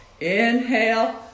inhale